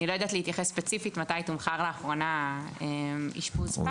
אני לא יודעת להתייחס ספציפית מתי תומחר לאחרונה אשפוז פג,